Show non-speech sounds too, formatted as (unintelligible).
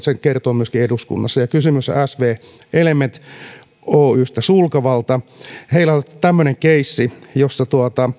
(unintelligible) sen kertoa myöskin eduskunnassa kysymys on sv element oystä sulkavalta heillä oli tämmöinen keissi jossa